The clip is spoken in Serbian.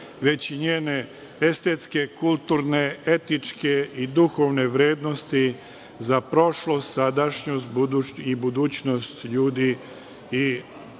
već i njene estetske, kulturne, etičke i duhovne vrednosti za prošlost, sadašnjost i budućnost ljudi i